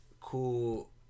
cool